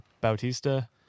Bautista